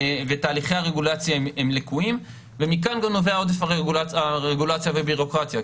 תהליכי הרגולציה לקויים ומכאן נובע עודף הרגולציה והביורוקרטיה,